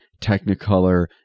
Technicolor